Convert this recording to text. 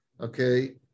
okay